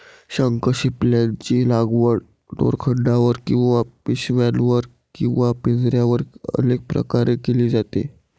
शंखशिंपल्यांची लागवड दोरखंडावर किंवा पिशव्यांवर किंवा पिंजऱ्यांवर अनेक प्रकारे केली जाते